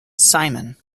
simon